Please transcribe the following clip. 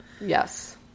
Yes